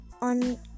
on